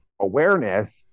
awareness